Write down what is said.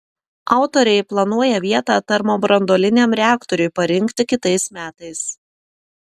autoriai planuoja vietą termobranduoliniam reaktoriui parinkti kitais metais